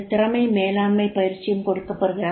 திறமை மேலாண்மை பயிற்சியும் கொடுக்கப் படுகிறது